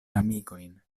amikojn